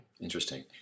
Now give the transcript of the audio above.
Interesting